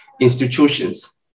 institutions